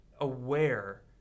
aware